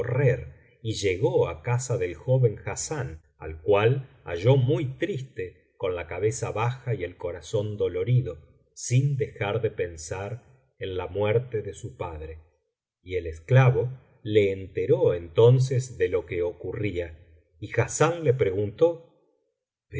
y llegó á casa del joven hassán al cual halló muy triste con la cabeza baja y el corazón dolorido sin dejar de pensar en la muerte de su padre y el esclavo le enteró entonces de lo que ocurría y hassán le preguntó